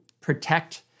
protect